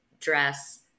dress